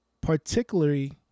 particularly